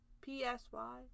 P-S-Y